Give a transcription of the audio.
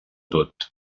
tot